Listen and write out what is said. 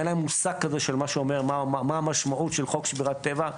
אין להם מושג כזה של מה שאומר מה המשמעות של חוק שמירת טבע.